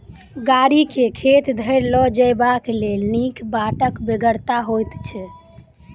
गाड़ी के खेत धरि ल जयबाक लेल नीक बाटक बेगरता होइत छै